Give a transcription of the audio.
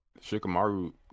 Shikamaru